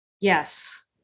yes